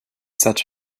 such